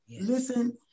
Listen